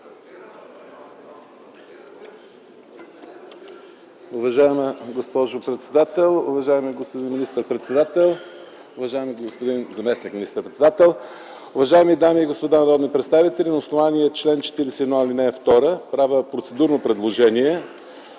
Уважаема госпожо председател, уважаеми господин министър-председател, уважаеми заместник министър-председател, уважаеми дами и господа народни представители! На основание чл. 41, ал. 2 правя процедурно предложение